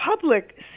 public